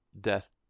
death